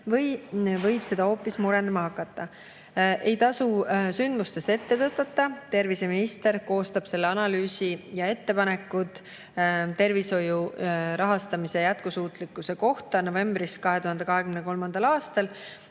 või võib see seda hoopis murendama hakata? Ei tasu sündmustest ette tõtata. Terviseminister koostab selle analüüsi ja ettepanekud tervishoiu rahastamise jätkusuutlikkuse kohta novembris 2023. aastal.